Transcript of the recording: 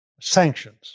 sanctions